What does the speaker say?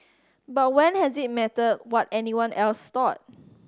but when has it mattered what anyone else thought